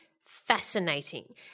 fascinating